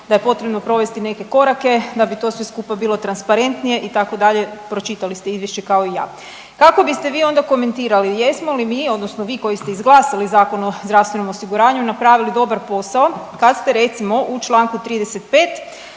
da je potrebno provesti neke korake da bi to sve skupa bilo transparentnije, itd., pročitali ste izvješće kao i ja. Kako bite vi onda komentirali, jesmo li mi odnosno vi koji ste izglasali Zakon o zdravstvenom osiguranju napravili dobar posao, kad ste, recimo, u čl. 35